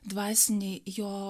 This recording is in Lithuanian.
dvasiniai jo